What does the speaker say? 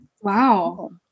Wow